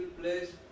place